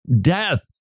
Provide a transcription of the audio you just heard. death